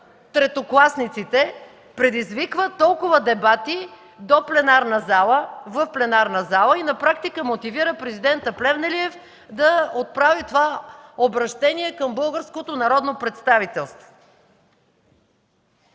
третокласниците, предизвиква толкова дебати до пленарната зала, в пленарната зала и на практика мотивира президента Плевнелиев да отправи това обръщение към българското народно представителство.